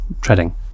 treading